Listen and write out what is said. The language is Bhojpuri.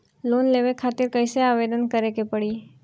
लोन लेवे खातिर कइसे आवेदन करें के पड़ी?